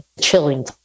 Chilling